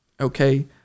okay